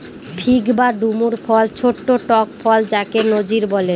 fig বা ডুমুর ফল ছোট্ট টক ফল যাকে নজির বলে